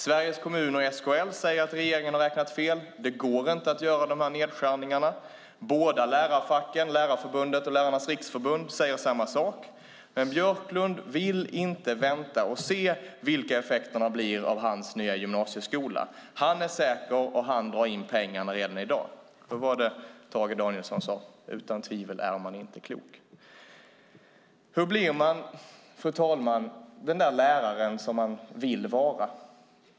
Sveriges kommuner och SKL säger att regeringen har räknat fel - det går inte att göra de här nedskärningarna. Båda lärarfacken - Lärarförbundet och Lärarnas riksförbund - säger samma sak. Men Björklund vill inte vänta och se vilka effekterna blir av hans nya gymnasieskola. Han är säker och han drar in pengarna redan i dag. Hur var det Tage Danielsson sade? Utan tvivel är man inte klok. Hur blir man den där läraren som man vill vara?